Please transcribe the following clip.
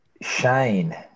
Shane